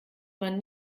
man